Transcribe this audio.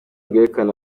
rwerekana